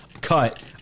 cut